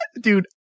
Dude